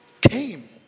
came